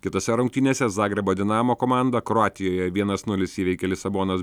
kitose rungtynėse zagrebo dinamo komanda kroatijoje vienas nulis įveikė lisabonos